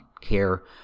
care